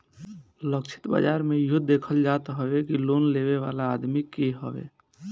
लक्षित बाजार में इहो देखल जात हवे कि लोन लेवे वाला आदमी के हवे